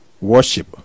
worship